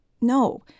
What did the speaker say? No